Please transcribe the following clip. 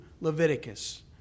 Leviticus